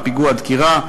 פיגוע דקירה,